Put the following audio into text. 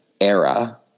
era